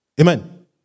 Amen